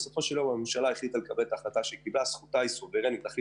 בסופו של יום הממשלה החליטה מה שהחליטה והיא סוברינית לכך.